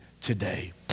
today